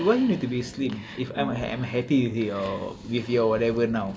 why do you need to be slim if I'm I'm happy with your with your whatever now